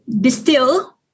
distill